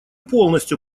полностью